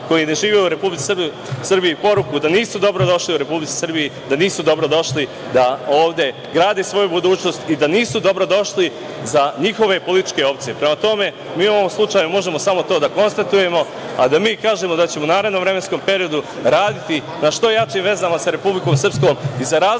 koji ne žive u Republici Srbiji poruku da nisu dobrodošli u Republici Srbiji, da nisu dobrodošli da ovde grade svoju budućnost i da nisu dobrodošli za njihove političke opcije. Prema tome, mi u ovom slučaju možemo samo to da konstatujemo i da kažemo da ćemo u narednom vremenskom periodu raditi na što jačim vezama sa Republikom Srpskom, za razliku